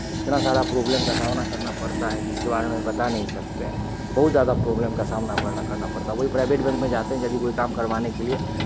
इतना सारा प्रॉब्लम का सामना करना पड़ता है जिसके बारे में बता नहीं सकते हैं बहुत ज़्यादा प्रॉब्लम का सामना वरना करना पड़ता है वही प्राइवेट बैंक में जाते हैं यदि कोई काम करवाने के लिए